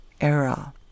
era